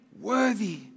worthy